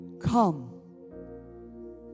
come